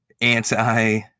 anti